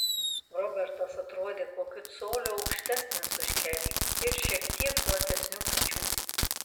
robertas atrodė kokiu coliu aukštesnis už kerį ir šiek tiek platesnių pečių